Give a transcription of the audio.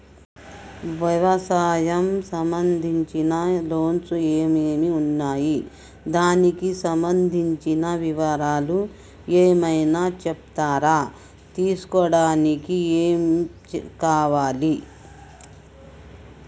వ్యవసాయం సంబంధించిన లోన్స్ ఏమేమి ఉన్నాయి దానికి సంబంధించిన వివరాలు ఏమైనా చెప్తారా తీసుకోవడానికి ఏమేం కావాలి?